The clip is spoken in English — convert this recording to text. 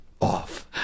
Off